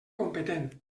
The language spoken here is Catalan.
competent